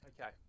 Okay